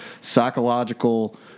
psychological